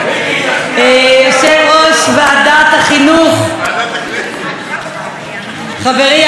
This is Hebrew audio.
יושב-ראש ועדת החינוך חברי יעקב מרגי,